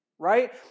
Right